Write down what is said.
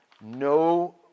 no